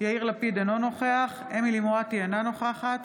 יאיר לפיד, אינו נוכח אמילי חיה מואטי, אינה נוכחת